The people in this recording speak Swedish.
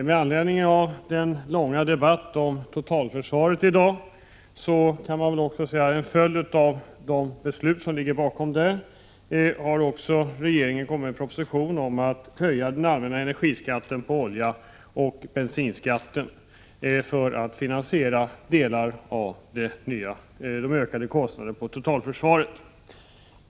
Herr talman! Vi har haft en lång debatt om totalförsvaret i dag. Man kan väl också säga att det är som en följd av förslagen i den propositionen, för att finansiera de ökade kostnaderna för totalförsvaret, som regeringen har lagt fram en proposition om att höja bensinskatten och den allmänna energiskatten på olja.